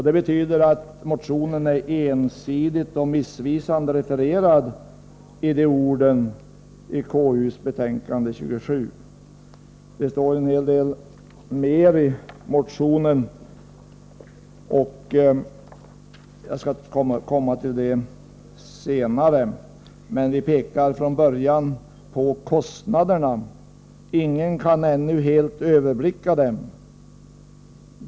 Det betyder att motionen med de orden i konstitutionsutskottets betänkande 27 är ensidigt och missvisande refererad. Det står en hel del mer i motionen, och jag skall komma till det senare. Jag kan bara nämna att vi redan i början pekar på kostnaderna. Ingen kan ännu helt överblicka dem.